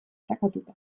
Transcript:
sakatuta